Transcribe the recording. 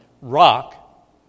rock